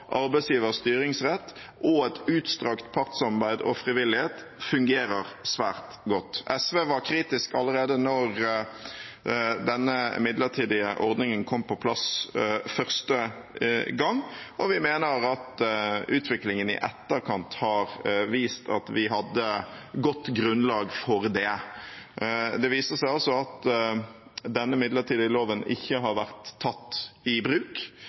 arbeidsgivers styringsrett og et utstrakt partssamarbeid og frivillighet, fungerer svært godt. SV var kritisk allerede da denne midlertidige ordningen kom på plass første gang, og vi mener at utviklingen i etterkant har vist at vi hadde godt grunnlag for det. Det viser seg at denne midlertidige loven ikke har vært tatt i bruk,